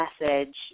message